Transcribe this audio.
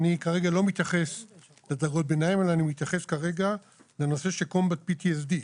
אני כרגע לא מתייחס לדרגות ביניים אלא אני מתייחס לנושא של combat PTSD,